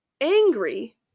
angry